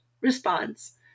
response